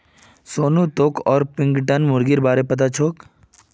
सोनू तोक ऑर्पिंगटन मुर्गीर बा र पता छोक